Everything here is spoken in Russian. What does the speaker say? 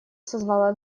созвало